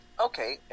Okay